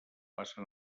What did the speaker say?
passa